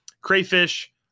crayfish –